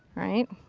right.